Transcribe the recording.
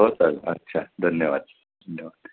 हो चालेल अच्छा धन्यवाद धन्यवाद